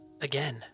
Again